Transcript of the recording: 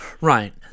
Right